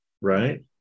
right